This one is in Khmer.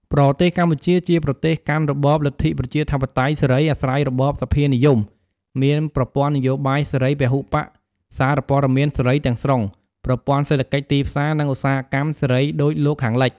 ប្រទេសកម្ពុជា ជាប្រទេសកាន់របបលទ្ធិប្រជាធិបតេយ្យសេរី អាស្រ័យរបបសភានិយម មានប្រព័ន្ធនយោបាយសេរីពហុបក្ស សារព័ត៌មានសេរីទាំងស្រុង ប្រព័ន្ធសេដ្ឋកិច្ចទីផ្សារ និងឧស្សាហកម្មសេរីដូចលោកខាងលិច។ ។